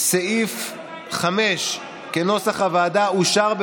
כמו שאמרו קודמיי,